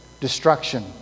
destruction